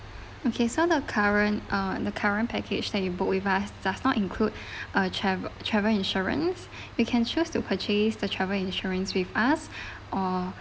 okay so the current uh the current package that you book with us does not include uh tra~ travel insurance you can choose to purchase the travel insurance with us or